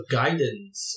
guidance